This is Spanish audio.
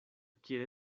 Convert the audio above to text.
quiere